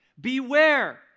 Beware